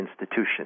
institution